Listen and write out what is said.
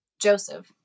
Joseph